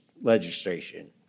legislation